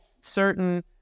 certain